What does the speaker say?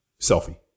selfie